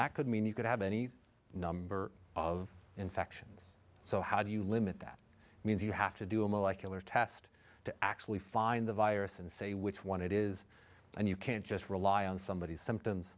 that could mean you could have any number of infections so how do you limit that means you have to do a molecular test to actually find the virus and say which one it is and you can't just rely on somebody's symptoms